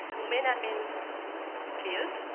omena means give,